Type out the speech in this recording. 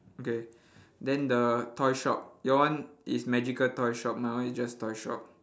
okay then the toy shop your one is magical toy shop my one is just toy shop